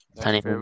Tiny